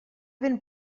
ben